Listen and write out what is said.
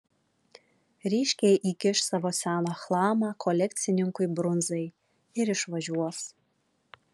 ryškiai įkiš savo seną chlamą kolekcininkui brunzai ir išvažiuos